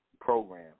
program